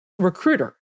recruiter